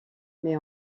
mais